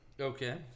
Okay